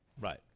Right